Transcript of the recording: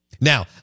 now